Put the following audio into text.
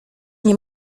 nie